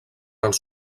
als